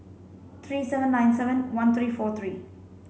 three seven nine seven one three four three